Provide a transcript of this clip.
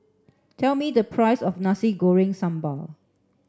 tell me the price of nasi goreng sambal